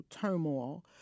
turmoil